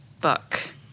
Book